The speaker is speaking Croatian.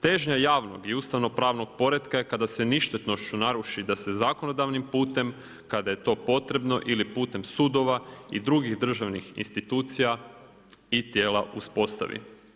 Težnja javnog i ustavnopravnog poretka je kada se ništetnošću naruši da se zakonodavnim putem kada je to potrebno ili putem sudova i drugih državnih institucija i tijela uspostavi.